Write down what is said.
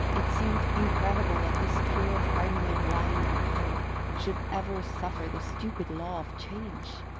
it seemed incredible that this pure harmony of line and colour should ever suffer the stupid law of change.